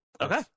Okay